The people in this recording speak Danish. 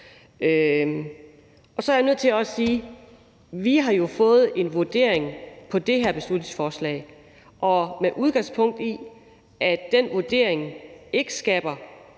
Men så er jeg nødt til også at sige, at vi jo har fået en vurdering i forhold til det her beslutningsforslag, og med udgangspunkt i at det ifølge den vurdering ikke skaber